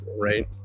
right